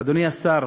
אדוני השר,